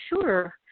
sure